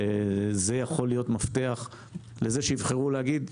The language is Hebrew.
זה יכול להיות מפתח לזה שיבחרו להגיד: